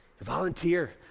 Volunteer